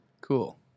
Cool